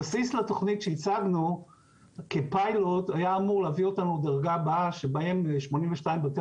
הבסיס לתכנית שהצגנו כפיילוט היה אמור להביא אותנו לדרגה הבאה שבה 82 בתי